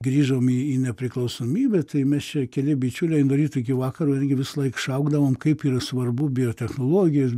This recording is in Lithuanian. grįžom į į nepriklausomybę tai mes čia keli bičiuliai nuo ryto iki vakaro visąlaik šaukdavom kaip yra svarbu biotechnologijos